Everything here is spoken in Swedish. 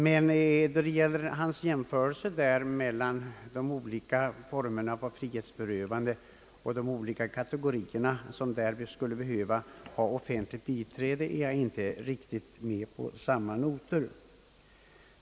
Men då det gäller hans jämförelse mellan de olika formerna av frihetsberövande och de olika kategorier, som därvid skulle behöva ha offentligt biträde, är jag inte riktigt med på samma noter.